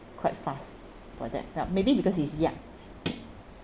quite fast for that but maybe because he's young